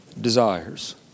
desires